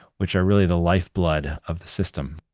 which are really the lifeblood of the system